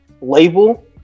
label